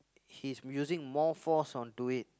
he's using more force onto it